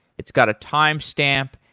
it's got a timestamp,